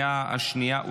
נתקבלה.